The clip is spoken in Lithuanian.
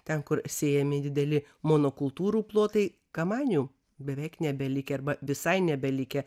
ten kur siejami dideli monokultūrų plotai kamanių beveik nebelikę arba visai nebelikę